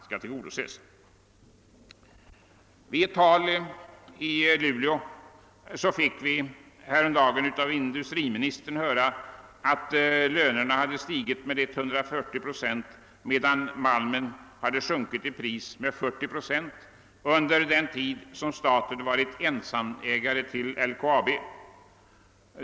När industriministern häromdagen talade i Luleå fick vi höra att lönerna hade stigit med 140 procent medan malmen sjunkit i pris med 40 procent under den tid som staten varit ensamägare till LKAB.